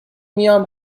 میام